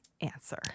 answer